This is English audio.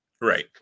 Right